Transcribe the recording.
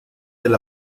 del